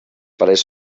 parets